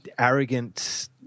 arrogant